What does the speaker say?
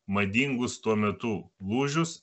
madingus tuo metu lūžius